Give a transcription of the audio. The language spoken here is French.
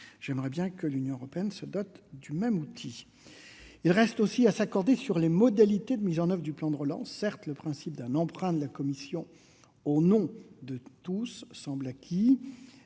J'aimerais bien que l'Union européenne se dote du même outil. Il reste aussi à s'accorder sur les modalités de mise en oeuvre du plan de relance. Certes, le principe d'un emprunt de la Commission au nom de tous semble acquis,